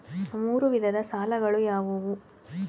ಮೂರು ವಿಧದ ಸಾಲಗಳು ಯಾವುವು?